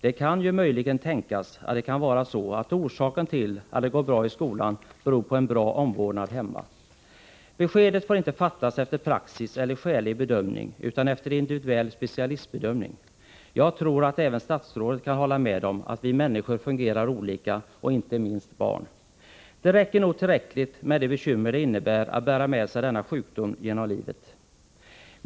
Det kan möjligen tänkas att anledningen till att det går bra i skolan är en bra omvårdnad hemma. Beslut om vårdbidrag får inte fattas efter praxis eller skälig bedömning, utan det bör ske efter individuell specialistbedömning. Jag tror att även statsrådet kan hålla med om att vi människor — inte minst barnen — fungerar olika. Det är alldeles tillräckligt med de bekymmer det innebär att bära med sig denna sjukdom genom livet.